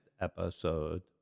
episode